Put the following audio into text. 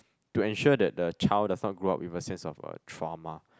to ensure that the child does not grow up with a sense of uh trauma